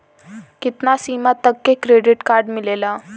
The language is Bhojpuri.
कितना सीमा तक के क्रेडिट कार्ड मिलेला?